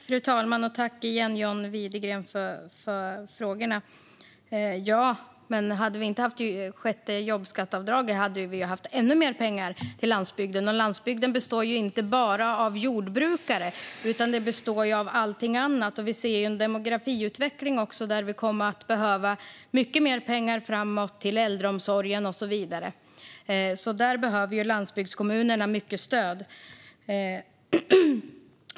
Fru talman! Tack igen, John Widegren, för frågorna! Om vi inte hade haft ett sjätte jobbskatteavdrag hade vi haft ännu mer pengar till landsbygden. Landsbygden består ju inte bara av jordbrukare, utan även av allt annat. Vi ser en demografiutveckling som gör att vi kommer att behöva mycket mer pengar till äldreomsorg och så vidare. Där behöver landsbygdskommunerna mycket stöd.